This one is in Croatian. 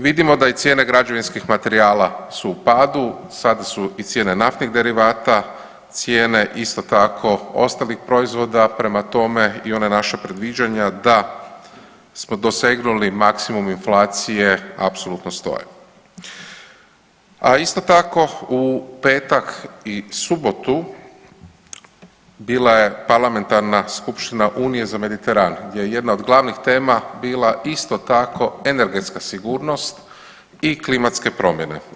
Vidimo da i cijene građevinskih materijala su u padu, sada su i cijene naftnih derivata, cijene isto tako ostalih proizvoda prema tome i ona naša predviđan ja da smo dosegnuli maksimum inflacije apsolutno stoje, a isto tako u petak i subotu bila je Parlamentarna skupština Unije za Mediteran gdje je jedna od glavnih tema bila isto tako energetska sigurnost i klimatske promjene.